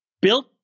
built